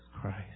Christ